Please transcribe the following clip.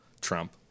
Trump